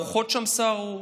הרוחות שם סערו.